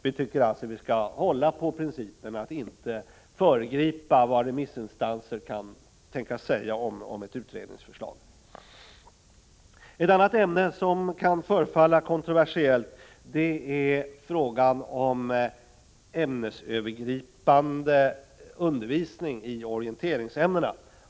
Vi tycker alltså att vi skall hålla på principen att inte föregripa vad remissinstanser kan tänkas säga om ett utredningsförslag. En annan fråga som kan förefalla kontroversiell är den om ämnesövergripande undervisning i orienteringsämnen.